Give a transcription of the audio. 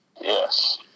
Yes